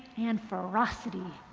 and ferocityof